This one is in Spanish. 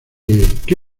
qué